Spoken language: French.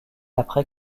après